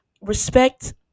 respect